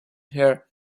her